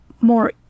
more